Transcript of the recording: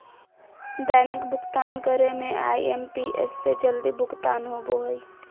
दैनिक भुक्तान करे में आई.एम.पी.एस से जल्दी भुगतान होबो हइ